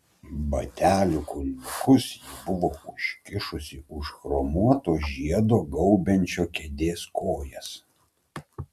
batelių kulniukus ji buvo užkišusi už chromuoto žiedo gaubiančio kėdės kojas